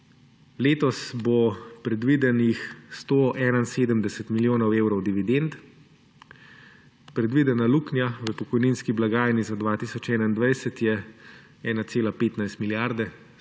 Letos bo predvidenih 171 milijonov evrov dividend, predvidena luknja v pokojninski blagajni za 2021 je 1,15 milijarde, se